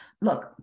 Look